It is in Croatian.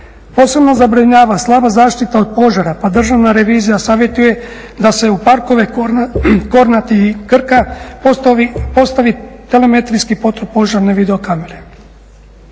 Posebno zabrinjava slaba zaštita od požara pa državna revizija savjetuje da se u parkove Kornati i Krka postavi … protupožarne video kamere.